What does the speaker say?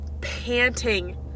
panting